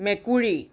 মেকুৰী